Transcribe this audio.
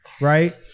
right